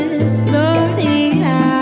historia